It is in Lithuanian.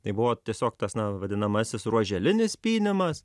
tai buvo tiesiog tas vadinamasis ruoželinis pynimas